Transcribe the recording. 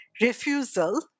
refusal